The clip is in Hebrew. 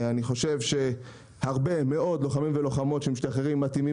אני חושב שהרבה מאוד לוחמים ולוחמות שמשתחררים מתאימים